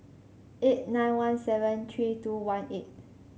eight nine one seven three two one eight